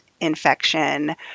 infection